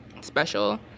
special